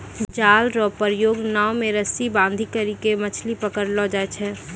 जाल रो प्रयोग नाव मे रस्सी बांधी करी के मछली पकड़लो जाय छै